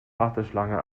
warteschlange